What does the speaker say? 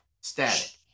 Static